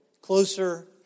closer